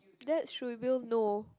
that should reveal no